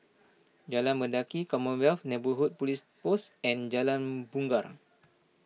Jalan Mendaki Commonwealth Neighbourhood Police Post and Jalan Bungar